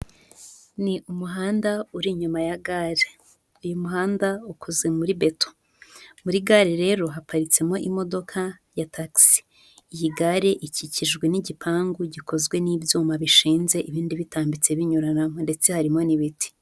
Ni umuhanda uri inyuma ya gare, uyu muhanda ukoze muri beto, muri gare rero haparitsemo imodoka ya Tax, iyi gare ikikijwe n'igipangu gikozwe n'ibyuma bishinze ibindi bitambitse binyuranamo ndetse harimo n'ibiti.